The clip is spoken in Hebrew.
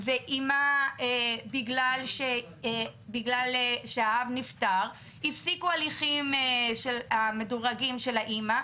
ואמא שבגלל שהאב נפטר הפסיקו את ההליכים המדורגים של האמא,